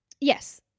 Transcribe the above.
Yes